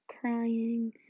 crying